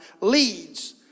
leads